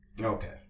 okay